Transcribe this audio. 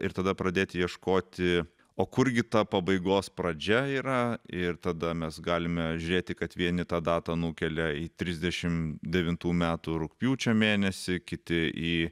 ir tada pradėti ieškoti o kurgi ta pabaigos pradžia yra ir tada mes galime žiūrėti kad vieni tą datą nukelia į trisdešimt devintų metų rugpjūčio mėnesį kiti į